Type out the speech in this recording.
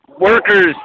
workers